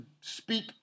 speak